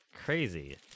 Crazy